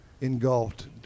engulfed